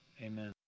amen